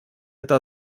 это